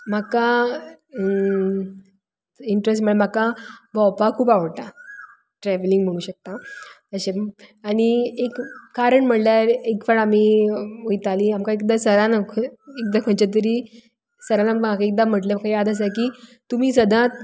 म्हाका इंट्रस्ट म्ह म्हाका भोंवपाक खूब आवडटा ट्रॅवलींग म्हुणू शकता अशें आनी एक कारण म्हळ्ळ्यार एक फावट आमी वयतालीं आमकां एकदां सरान खंय एकदां खंयच्या तरी सरान आम म्हाका एकदां म्हटलें म्हाका याद आसा की तुमी सदांत